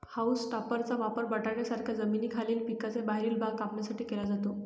haulm टॉपरचा वापर बटाट्यांसारख्या जमिनीखालील पिकांचा बाहेरील भाग कापण्यासाठी केला जातो